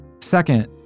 Second